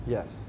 Yes